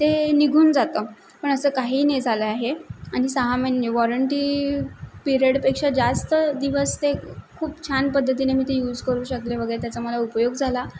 ते निघून जातं पण असं काही नाही झालं आहे आणि सहा महिने वॉरंटी पिरियडपेक्षा जास्त दिवस ते खूप छान पद्धतीने मी ते यूज करू शकले वगैरे त्याचा मला उपयोग झाला